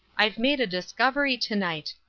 i've made a discovery to-night.